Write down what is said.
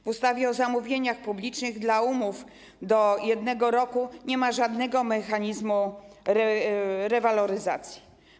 W ustawie o zamówieniach publicznych dla umów do 1 roku nie ma żadnego mechanizmu rewaloryzacji.